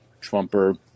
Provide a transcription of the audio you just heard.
Trumper